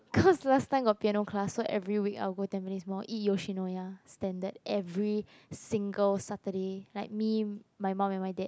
cause last time got piano class so every week I'll go Tampines Mall eat Yoshinoya standard every single Saturday like me my mum and my dad